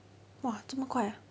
!wah! 什么快 ah